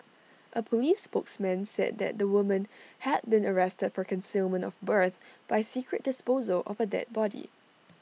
A Police spokesman said that the woman had been arrested for concealment of birth by secret disposal of A dead body